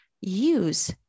use